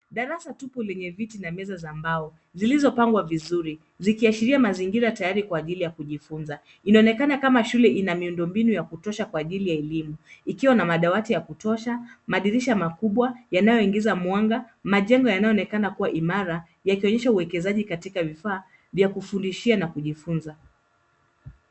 Darasa tupu lenye viti na meza za mbao zilizopangwa vizuri, zikiashiria mazingira tayari kwa ajili ya kujifunza. Inaonekana kama shule ina miundo mbinu ya kutosha kwa ajili ya elimu ikiwa na madawati ya kutosha, madirisha makubwa yanayoingiza mwanga, majengo yanayoonekana kuwa imara; yakionyesha uwekezaji katika vifaa vya kufundishia na kujifunza.